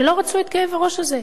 שלא רצו את כאב הראש הזה,